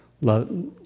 Love